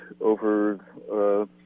over